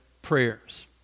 prayers